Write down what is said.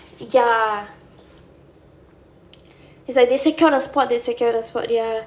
ya it's like they secured a spot they secured a spot ya